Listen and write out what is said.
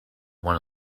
one